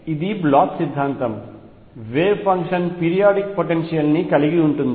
ఇది బ్లాచ్ సిద్ధాంతం wave function periodic potential ని కలిగి ఉంటుంది